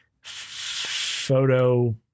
Photo